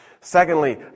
Secondly